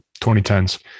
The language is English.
2010s